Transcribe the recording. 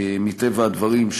מטבע הדברים,